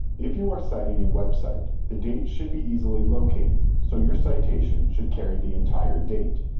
if you are citing a website, the date should be easily located, so your citation should carry the entire date.